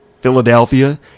Philadelphia